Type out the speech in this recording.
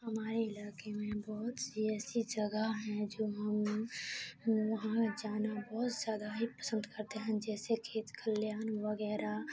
ہمارے علاقے میں بہت سی ایسی جگہ ہیں جو ہم وہاں جانا بہت زیادہ ہی پسند کرتے ہیں جیسے کھیت کھلیان وغیرہ